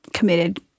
committed